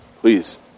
please